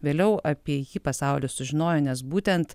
vėliau apie jį pasaulis sužinojo nes būtent